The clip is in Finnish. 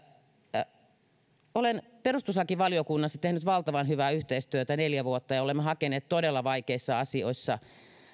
olen perustuslakivaliokunnassa tehnyt valtavan hyvää yhteistyötä neljä vuotta ja olemme hakeneet todella vaikeissa asioissa